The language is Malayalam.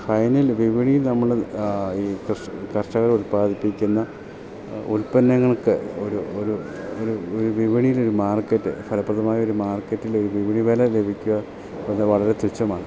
ഫൈനൽ വിപണീ നമ്മൾ ഈ കർഷകർ ഉൽപാദിപ്പിക്കുന്ന ഉൽപ്പന്നങ്ങൾക്ക് ഒരു ഒരു ഒരു ഒരു വിപണിയിൽ ഒരു മാർക്കറ്റ് ഫലപ്രദമായൊരു മാർക്കറ്റിൽ ഒരു വിപണി വില ലഭിക്കുക ആന്ന് പറഞ്ഞാൽ വളരെ തുച്ഛമാണ്